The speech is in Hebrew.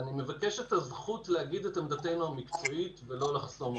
אני מבקש את הזכות להגיד את עמדתנו המקצועית ולא לחסום אותנו.